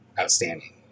outstanding